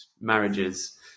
marriages